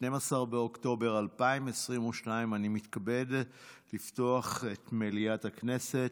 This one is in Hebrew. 12 באוקטובר 2022. אני מתכבד לפתוח את מליאת הכנסת.